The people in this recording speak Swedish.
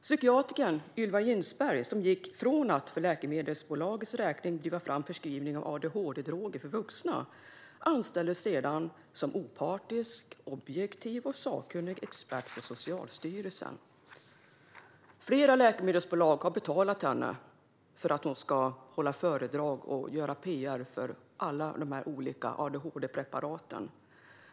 Psykiatern Ylva Ginsberg gick från att för läkemedelsbolags räkning driva fram förskrivning av adhd-droger för vuxna och anställdes sedan som opartisk, objektiv och sakkunnig expert på Socialstyrelsen. Flera läkemedelsbolag har betalat henne för att hon ska hålla föredrag och göra pr för alla dessa olika adhd-preparat.